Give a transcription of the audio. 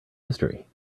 history